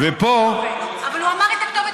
אבל הוא אמר את הכתובת.